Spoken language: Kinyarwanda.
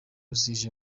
zije